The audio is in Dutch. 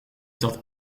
dat